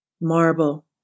marble